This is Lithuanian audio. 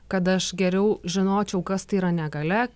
kad aš geriau žinočiau kas tai yra negalia